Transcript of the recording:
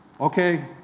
okay